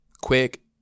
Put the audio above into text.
quick